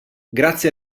grazie